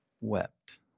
wept